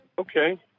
Okay